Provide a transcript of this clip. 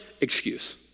excuse